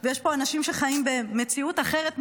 ויש פה אנשים שחיים במציאות אחרת,